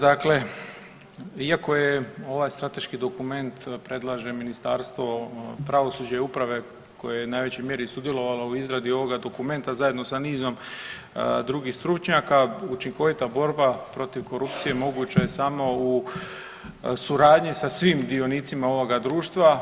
Dakle, iako je ovaj strateški dokument predlaže Ministarstvo pravosuđa i uprave koje je u najvećoj mjeri i sudjelovalo u izradi ovoga dokumenta zajedno sa nizom drugih stručnjaka učinkovita borba protiv korupcije moguća je samo u suradnji sa svim dionicima ovoga društva.